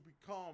become